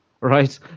right